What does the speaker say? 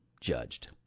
judged